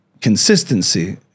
consistency